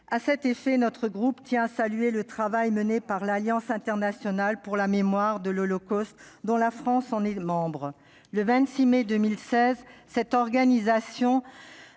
À cet effet, notre groupe tient à saluer le travail mené par l'Alliance internationale pour la mémoire de l'Holocauste dont la France est membre. Le 26 mai 2016, cette organisation